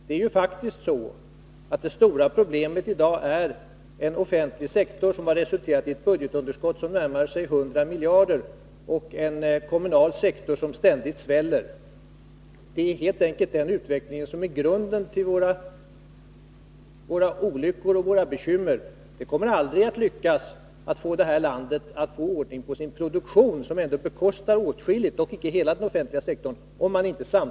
Det stora problemet i dag är faktiskt att den offentliga sektorn har lett till ett budgetunderskott som närmar sig 100 miljarder och en kommunal sektor som ständigt sväller. Det är helt enkelt den utvecklingen som är grunden till våra olyckor och våra bekymmer. Det kommer aldrig att lyckas att få vårt land att klara detta om vi inte får ordning på vår produktion, som till skillnad från den offentliga sektorn bekostar så mycket.